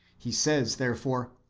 he says, therefore,